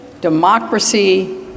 democracy